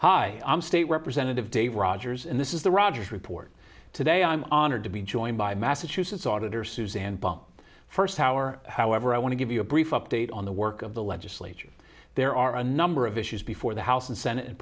hi i'm state representative dave rogers and this is the rogers report today i'm honored to be joined by massachusetts auditor suzanne bomb first hour however i want to give you a brief update on the work of the legislature there are a number of issues before the house and senate and